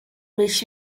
mich